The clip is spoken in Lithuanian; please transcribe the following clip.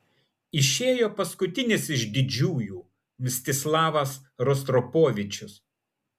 išėjo paskutinis iš didžiųjų mstislavas rostropovičius